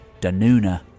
Danuna